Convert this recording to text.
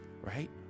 right